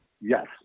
Yes